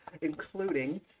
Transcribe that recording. including